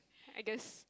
I guess